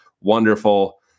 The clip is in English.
wonderful